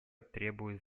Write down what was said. требуют